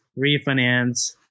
refinance